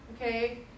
okay